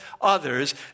others